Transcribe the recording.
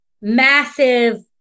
massive